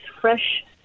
fresh